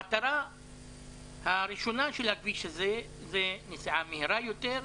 המטרה הראשונה של הכביש הזה זה נסיעה מהירה יותר,